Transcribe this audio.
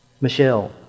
Michelle